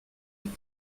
est